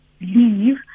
leave